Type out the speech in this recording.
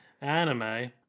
anime